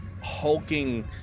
hulking